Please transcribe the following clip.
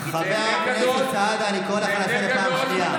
חבר הכנסת סעדה, אני קורא אותך לסדר פעם שנייה.